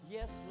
Yes